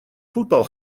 voetbal